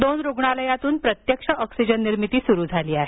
दोन रुग्णालयांतून प्रत्यक्ष ऑक्सिजन निर्मिती सुरू झाली आहे